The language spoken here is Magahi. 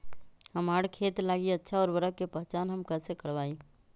हमार खेत लागी अच्छा उर्वरक के पहचान हम कैसे करवाई?